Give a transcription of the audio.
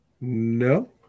No